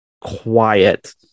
quiet